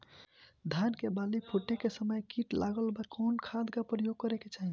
धान के बाली फूटे के समय कीट लागला पर कउन खाद क प्रयोग करे के चाही?